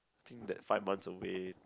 think that five months away